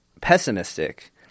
pessimistic